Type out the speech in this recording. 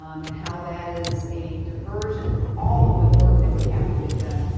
um and how that is a diversion from all of the work that we have to get done.